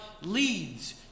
leads